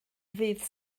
ddydd